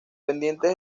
pendientes